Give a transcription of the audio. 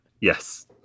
Yes